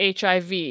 hiv